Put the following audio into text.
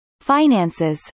finances